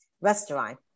restaurant